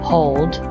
Hold